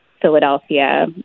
Philadelphia